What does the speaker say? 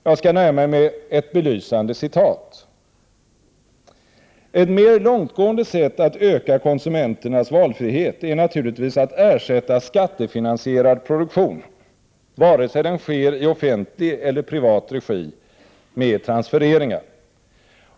Jag skall börja med ett belysande citat: ”Ett mer långtgående sätt att öka konsumenternas valfrihet är naturligtvis att ersätta skattefinansierad produktion — vare sig den sker i offentlig eller privat regi — med transfereringar.